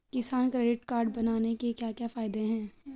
किसान credit card बनाने के क्या क्या फायदे हैं?